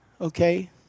Okay